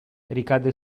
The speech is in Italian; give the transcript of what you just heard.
ricade